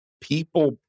people